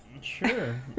Sure